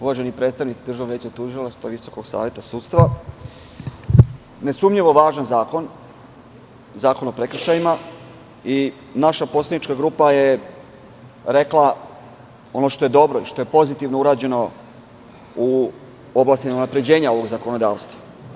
Uvaženi predstavnici Državnog veća tužilaca i Visokog saveta sudstva, ne sumnjivo važan zakon – Zakon o prekršajima i naša poslanička grupa je rekla ono što je dobro i što je pozitivno urađeno u oblasti unapređenja ovog zakonodavstva.